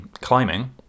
climbing